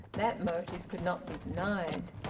that motive could not be denied.